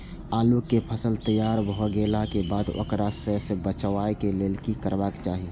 आलू केय फसल तैयार भ गेला के बाद ओकरा सड़य सं बचावय लेल की करबाक चाहि?